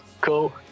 Cool